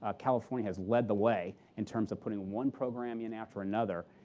ah california has led the way in terms of putting one program yeah in after another.